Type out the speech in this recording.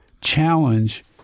challenge